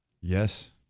yes